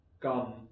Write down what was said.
come